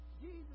Jesus